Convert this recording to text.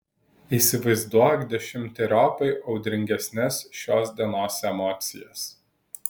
įsivaizduok dešimteriopai audringesnes šios dienos emocijas